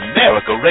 America